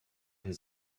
his